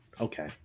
Okay